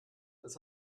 das